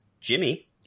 Jimmy